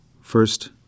first